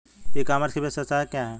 ई commerce की विशेषताएं क्या हैं?